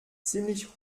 ziemlich